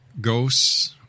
ghosts